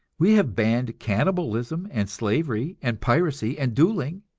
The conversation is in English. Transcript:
we have banned cannibalism and slavery and piracy and duelling,